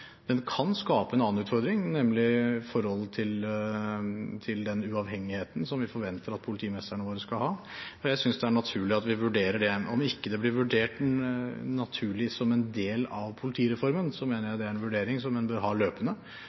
Den kan skape en annen utfordring, nemlig forholdet til den uavhengigheten som vi forventer at politimestrene våre skal ha, og jeg synes det er naturlig at vi vurderer det. Om ikke det blir vurdert naturlig som en del av politireformen, mener jeg det er en vurdering som en bør ha løpende